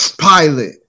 Pilot